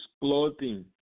clothing